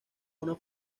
una